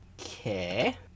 Okay